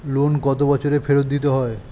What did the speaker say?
Loan কত বছরে ফেরত দিতে হয়?